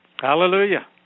Hallelujah